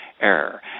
error